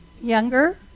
younger